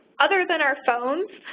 other than our phones,